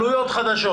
עלויות חדשות.